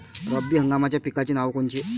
रब्बी हंगामाच्या पिकाचे नावं कोनचे?